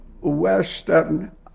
Western